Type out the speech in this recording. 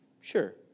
Sure